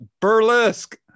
Burlesque